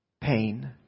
pain